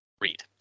read